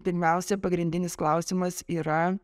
pirmiausia pagrindinis klausimas yra